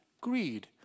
Greed